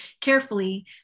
Carefully